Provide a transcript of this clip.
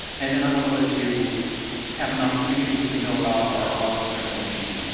and then i want to let you have an opportunity to know about our augi general meeting.